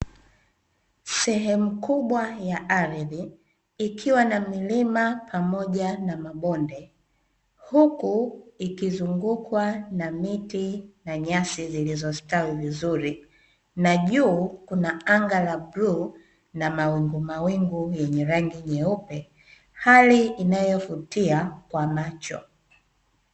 Sehemu kubwa ya ardhi ikiwa na milima pamoja na mabonde huku ikizungukwa na miti na nyasi zilizostawi vizuri, na juu kuna anga la bluu na mawingumawingu yenye rangi nyeupe hali inayovutia kwa macho.